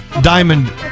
Diamond